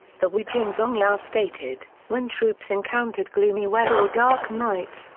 the wujing zongyao stated when troops encountered gloomy weather or dark nights,